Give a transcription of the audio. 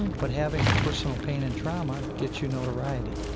but having personal pain and trauma gets you notoriety.